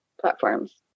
platforms